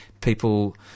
people